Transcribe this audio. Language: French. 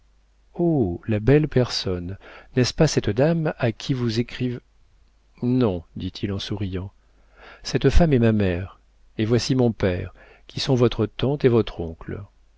oh la belle personne n'est-ce pas cette dame à qui vous écriv non dit-il en souriant cette femme est ma mère et voici mon père qui sont votre tante et votre oncle